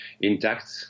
intact